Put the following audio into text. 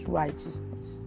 righteousness